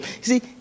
See